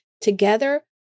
Together